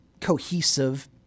cohesive